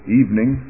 evening